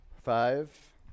five